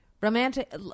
Romantic